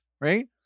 right